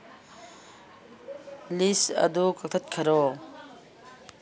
ꯂꯤꯁ ꯑꯗꯨ ꯀꯛꯊꯠꯈꯔꯣ